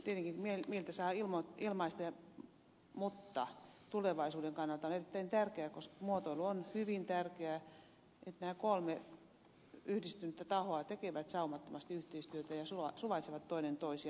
tietenkin mieltä saa ilmaista mutta tulevaisuuden kannalta on erittäin tärkeää koska muotoilu on hyvin tärkeää että nämä kolme yhdistynyttä tahoa tekevät saumattomasti yhteistyötä ja suvaitsevat toinen toisiaan